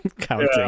Counting